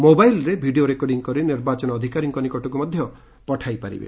ମୋବାଇଲ୍ରେ video recording କରି ନିର୍ବାଚନ ଅଧିକାରୀଙ୍କ ନିକଟକୁ ମଧ୍ଧ ପଠାଇ ପାରିବେ